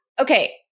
Okay